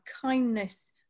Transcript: kindness